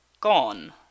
Gone